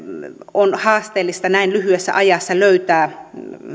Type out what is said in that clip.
on haasteellista näin lyhyessä ajassa löytää